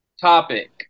topic